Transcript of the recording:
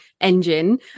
engine